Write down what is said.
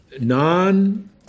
non